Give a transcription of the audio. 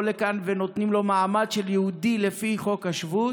לכאן ונותנים לו מעמד של יהודי לפי חוק השבות,